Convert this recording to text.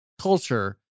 culture